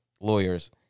lawyers